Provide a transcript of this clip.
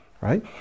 right